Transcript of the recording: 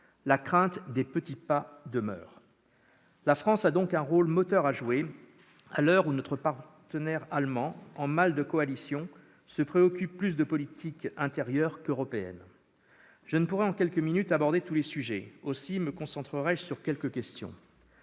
la crainte des petits pas demeure. La France a donc un rôle moteur à jouer, à l'heure où notre partenaire allemand, en mal de coalition, se préoccupe plus de politique intérieure que de politique européenne. Je ne pourrai en quelques minutes aborder tous les sujets. Aussi me concentrerai-je sur quelques questions.